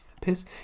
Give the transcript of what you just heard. Piss